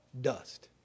dust